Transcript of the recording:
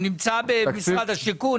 הוא נמצא במשרד השיכון?